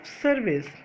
service